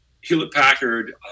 Hewlett-Packard